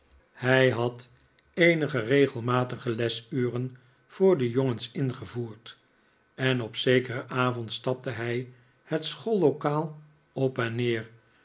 hij had eenige regelmatige lesuren voor de jongens ingevoerd en op zekeren avond stapte hij het schoollokaal op en neer